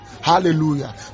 Hallelujah